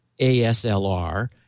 ASLR